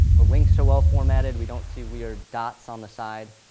the links are well-formatted, we don't see weird dots on the side.